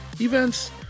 events